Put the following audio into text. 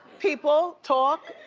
people talk.